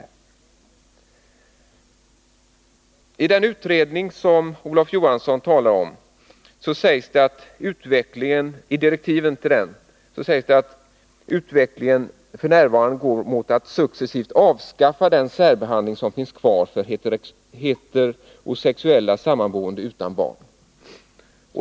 I direktiven till den utredning som Olof Johansson talade om står det att utvecklingen f. n. går mot ett successivt avskaffande av den särbehandling som finns kvar beträffande heterosexuella samboende utan barn.